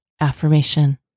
AFFIRMATION